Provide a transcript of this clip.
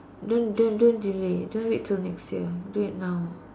then then don't delay don't wait until next year do it know